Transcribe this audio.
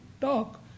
talk